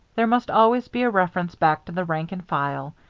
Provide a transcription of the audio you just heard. there must always be a reference back to the rank and file.